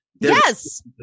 Yes